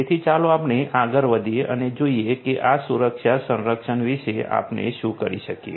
તેથી ચાલો આપણે આગળ વધીએ અને જોઈએ કે આ સુરક્ષા સંરક્ષણ વિશે આપણે શું કરી શકીએ